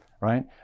right